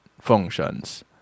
functions